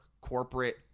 corporate